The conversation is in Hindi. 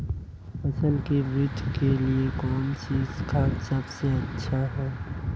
फसल की वृद्धि के लिए कौनसी खाद सबसे अच्छी है?